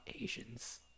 Asians